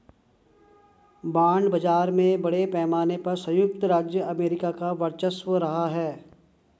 bond बाजार में बड़े पैमाने पर सयुक्त राज्य अमेरिका का वर्चस्व रहा है